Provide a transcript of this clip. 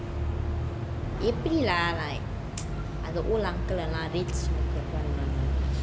எப்பிடி:epidi lah like the old uncle எல்லாம்:ellam they smoke the brand